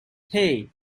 hey